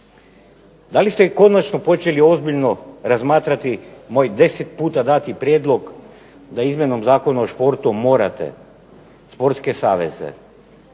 da li ste konačno počeli ozbiljno razmatrati moj 10 puta dati prijedlog da izmjenom Zakona o športu morate sportske saveze